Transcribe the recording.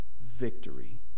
victory